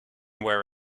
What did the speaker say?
wear